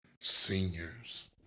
seniors